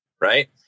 Right